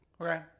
Okay